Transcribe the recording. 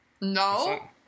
no